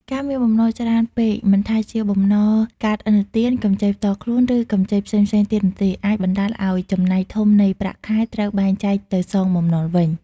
ការមានបំណុលច្រើនពេក មិនថាជាបំណុលកាតឥណទាន កម្ចីផ្ទាល់ខ្លួន ឬកម្ចីផ្សេងៗទៀតនោះទេ អាចបណ្ដាលឲ្យចំណែកធំនៃប្រាក់ខែត្រូវបែងចែកទៅសងបំណុលវិញ។